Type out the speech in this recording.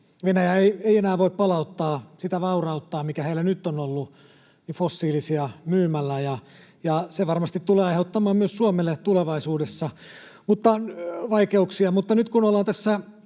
Venäjä ei enää voi palauttaa sitä vaurautta, mikä heillä nyt on ollut, fossiilisia myymällä, ja se varmasti tulee aiheuttamaan myös Suomelle tulevaisuudessa vaikeuksia.